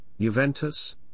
Juventus